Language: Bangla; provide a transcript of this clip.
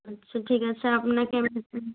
আচ্ছা ঠিক আছে আপনাকে আমি হ্যাঁ হ্যাঁ